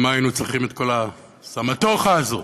למה היינו צריכים את כל הסמטוחה הזאת?